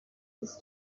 this